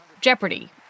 Jeopardy